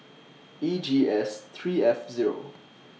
E G S three F Zero